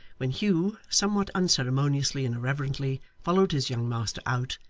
when hugh, somewhat unceremoniously and irreverently, followed his young master out,